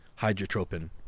hydrotropin